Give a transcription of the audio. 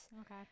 Okay